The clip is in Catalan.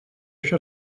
això